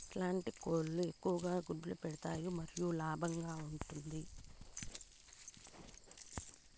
ఎట్లాంటి కోళ్ళు ఎక్కువగా గుడ్లు పెడతాయి మరియు లాభంగా ఉంటుంది?